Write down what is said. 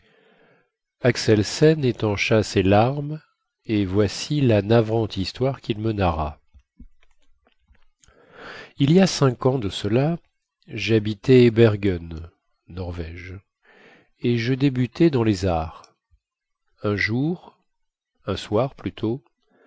axelsen étancha ses larmes et voici la navrante histoire quil me narra il y a cinq ans de cela jhabitais bergen norvège et je débutais dans les arts un jour un soir plutôt